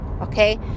Okay